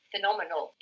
Phenomenal